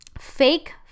Fake